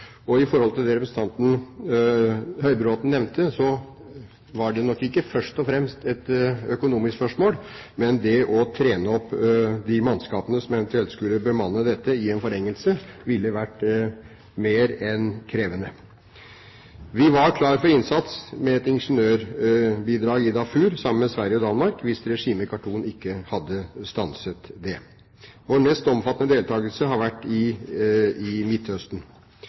det representanten Høybråten nevnte, så var det nok ikke først og fremst et økonomisk spørsmål, men det å trene opp de mannskapene som eventuelt skulle bemanne dette i en forlengelse, ville vært mer enn krevende. Vi var klare for innsats med et ingeniørbidrag i Darfur, sammen med Sverige og Danmark, hvis regimet i Khartoum ikke hadde stanset det. Vår mest omfattende deltakelse har vært i Midtøsten. I